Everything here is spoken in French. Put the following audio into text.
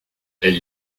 elles